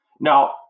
Now